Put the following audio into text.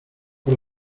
por